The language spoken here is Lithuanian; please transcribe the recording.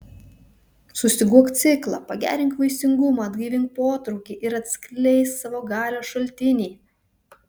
sustyguok ciklą pagerink vaisingumą atgaivink potraukį ir atskleisk savo galios šaltinį